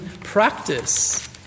practice